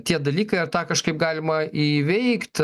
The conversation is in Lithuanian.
tie dalykai tą kažkaip galima įveikt